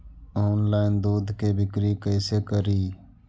Online दुध के बिक्री कैसे करि?